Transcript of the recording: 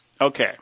Okay